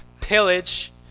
pillage